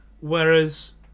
whereas